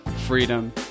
freedom